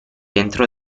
entrò